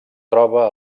troba